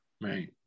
right